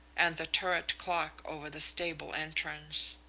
and the turret clock over the stable entrance.